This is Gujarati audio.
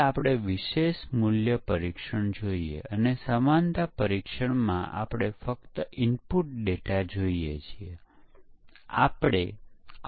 આપણે કહી શકો છો કે જે વેરિફિકેશન ને ડેવલપમેંટ ચક્ર ના તબક્કામાં નોંધાતી ભૂલો સાથે લાગે વળગે છે